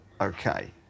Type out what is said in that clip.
okay